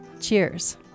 Cheers